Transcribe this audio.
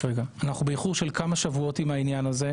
אנחנו באיחור של כמה שבועות עם העניין הזה.